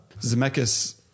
Zemeckis